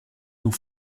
nous